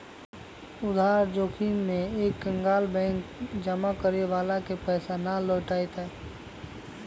उधार जोखिम में एक कंकगाल बैंक जमा करे वाला के पैसा ना लौटय तय